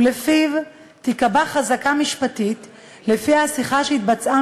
ולפיו תיקבע חזקה משפטית שלפיה השיחה שהתבצעה